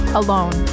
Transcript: alone